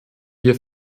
wir